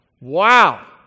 Wow